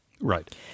Right